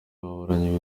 bahoberanye